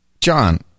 John